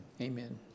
Amen